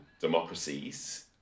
democracies